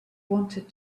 wanted